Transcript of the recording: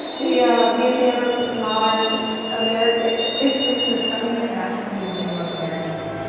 the museum of modern america it's the smithsonian national museum of american